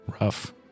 Rough